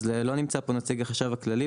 אז לא נמצא פה נציג החשב הכללי,